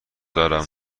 دارم